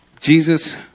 Jesus